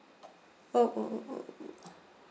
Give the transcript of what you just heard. oh oh oh oh oh